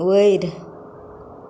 वयर